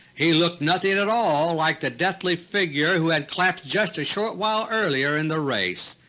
he looked nothing at all like the deathly figure who had collapsed just a short while earlier in the race.